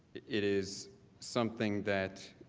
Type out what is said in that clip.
it is something that